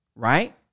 Right